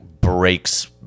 breaks